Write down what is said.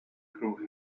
through